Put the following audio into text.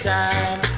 time